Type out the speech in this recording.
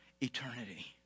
eternity